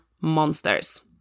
monsters